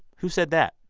who said that?